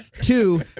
Two